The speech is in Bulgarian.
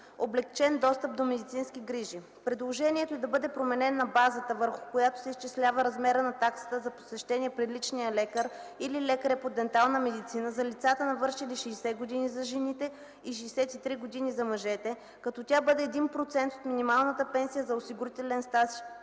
облекчен достъп до медицински грижи. Предложението е да бъде променена базата, върху която се изчислява размера на таксата за посещение при личния лекар или лекаря по дентална медицина, за лицата, навършили 60 години за жените и 63 години за мъжете, като тя бъде 1% от минималната пенсия за осигурителен стаж